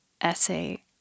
essay